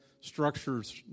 structures